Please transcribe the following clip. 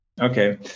Okay